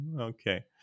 Okay